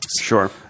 sure